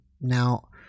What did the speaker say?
Now